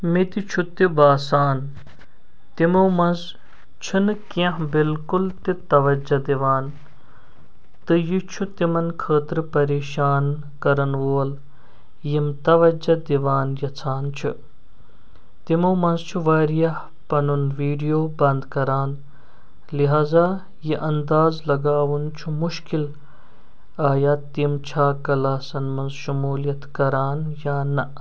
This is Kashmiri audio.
مےٚ تہِ چھُ تہِ باسان تِموٚو منٛز چھِنہٕ کیٚنٛہہ بلکل تہِ توجہ دِوان تہٕ یہِ چھُ تِمن خٲطرٕ پریشان کران وول یم توجہ دِوان یژھان چھِ تِموٚو منٛز چھُ واریاہ پنُن ویٖڈیو بنٛد کران لہذا یہ اندازٕ لگاوُن چھُ مُشکل آیا تِم چھا کلاسَن منٛز شُمولیت كران یا نَہ